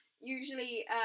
Usually